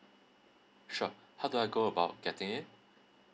sure how do I go about getting it